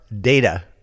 data